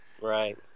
right